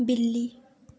बिल्ली